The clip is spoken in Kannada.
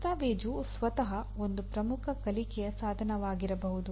ದಸ್ತಾವೇಜು ಸ್ವತಃ ಒಂದು ಪ್ರಮುಖ ಕಲಿಕೆಯ ಸಾಧನವಾಗಿರಬಹುದು